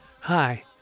Hi